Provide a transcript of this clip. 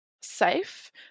safe